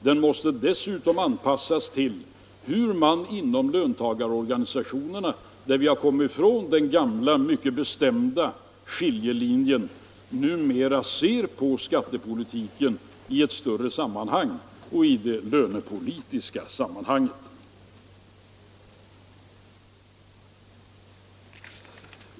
Den måste dessutom anpassas till hur man inom löntagarorganisationerna, där vi har kommit ifrån den gamla bestämda skiljelinjen, numera ser på skattepolitiken i ett större sammanhang och i ett lönepolitiskt sammanhang.